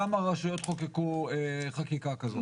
כמה רשויות חוקקו חקיקה כזאת?